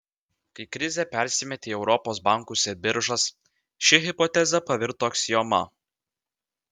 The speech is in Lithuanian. kai krizė persimetė į europos bankus ir biržas ši hipotezė pavirto aksioma